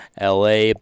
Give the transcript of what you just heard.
LA